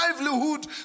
livelihood